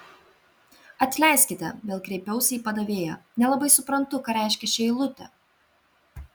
atleiskite vėl kreipiausi į padavėją nelabai suprantu ką reiškia ši eilutė